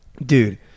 dude